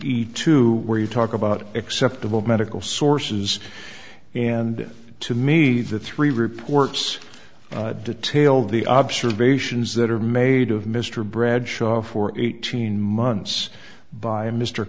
to where you talk about acceptable medical sources and to me the three reports detailed the observations that are made of mr bradshaw for eighteen months by mr